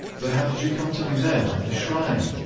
but, how did you come to be there by the shrine?